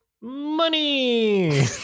Money